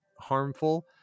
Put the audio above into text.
harmful